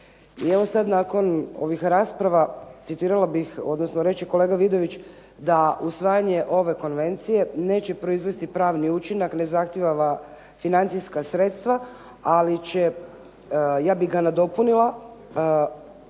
I evo sada nakon ovih rasprava citirala bih, odnosno reći kolega Vidović da usvajanje ove konvencije neće proizvesti pravni učinak ne zahtjeva financijska sredstva, ali ja bih ga nadopunila.